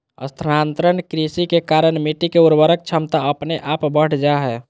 स्थानांतरण कृषि के कारण मिट्टी के उर्वरक क्षमता अपने आप बढ़ जा हय